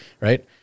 Right